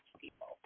people